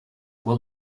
will